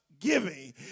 giving